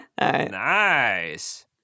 Nice